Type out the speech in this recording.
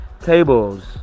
tables